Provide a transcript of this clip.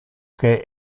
que